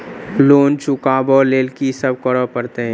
Loan चुका ब लैल की सब करऽ पड़तै?